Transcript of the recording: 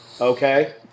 Okay